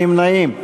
יש נמנע אחד.